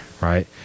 Right